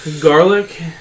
Garlic